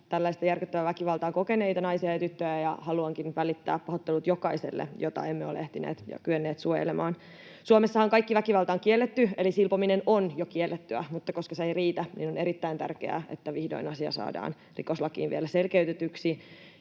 järkyttävää väkivaltaa kokeneita naisia ja tyttöjä ja haluankin välittää pahoittelut jokaiselle, jota emme ole ehtineet ja kyenneet suojelemaan. Suomessahan kaikki väkivalta on kielletty eli silpominen on jo kiellettyä, mutta koska se ei riitä, niin on erittäin tärkeää, että vihdoin asia saadaan rikoslakiin vielä selkeytetyksi.